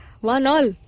one-all